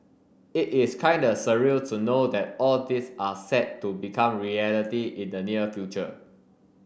it is kinda surreal to know that all this are set to become reality in the near future